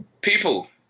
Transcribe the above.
people